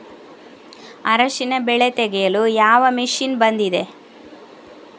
ಅರಿಶಿನ ಬೆಳೆ ತೆಗೆಯಲು ಯಾವ ಮಷೀನ್ ಬಂದಿದೆ?